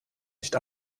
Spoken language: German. nicht